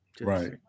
Right